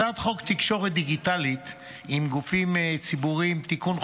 הצעת חוק תקשורת דיגיטלית עם גופים ציבוריים (תיקון,